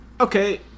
okay